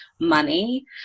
money